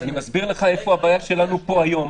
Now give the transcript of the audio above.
--- אני מסביר לך איפה הבעיה שלנו פה היום.